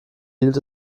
hielt